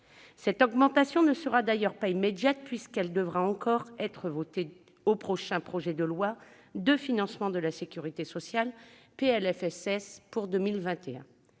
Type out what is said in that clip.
Cette augmentation ne sera d'ailleurs pas immédiate puisqu'elle devra encore être votée lors du prochain projet de loi de financement de la sécurité sociale pour 2021.